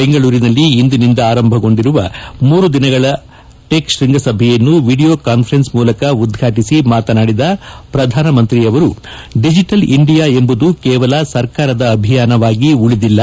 ಬೆಂಗಳೂರಿನಲ್ಲಿ ಇಂದಿನಿಂದ ಆರಂಭಗೊಂಡಿರುವ ಮೂರು ದಿನಗಳ ನಡೆಯುವ ಟೆಕ್ ಶ್ವಂಗಸಭೆಯನ್ನು ವಿಡಿಯೋ ಕಾನ್ಸರೆನ್ ಮೂಲಕ ಉದ್ಘಾಟಿಸಿ ಮಾತನಾಡಿದ ಪ್ರಧಾನಮಂತ್ರಿ ಡಿಜೆಟಲ್ ಇಂಡಿಯಾ ಎಂಬುದು ಕೇವಲ ಸರ್ಕಾರದ ಅಭಿಯಾನವಾಗಿ ಉಳಿದಿಲ್ಲ